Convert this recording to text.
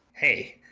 hey,